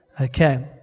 Okay